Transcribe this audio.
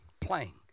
playing